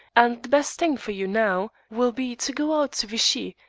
and the best thing for you now will be to go out to vichy,